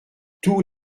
tous